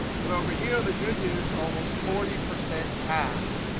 but over here, the good news, almost forty percent passed.